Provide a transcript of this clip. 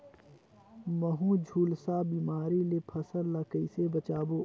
महू, झुलसा बिमारी ले फसल ल कइसे बचाबो?